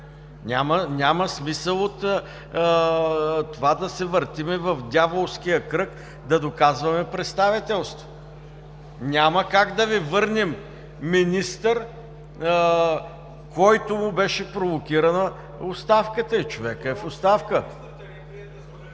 Няма смисъл от това да се въртим в дяволски кръг – да доказваме представителство. Няма как да Ви върнем министър, на когото беше провокирана оставката и човекът е в оставка.